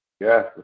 Yes